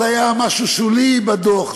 זה היה משהו שולי בדוח,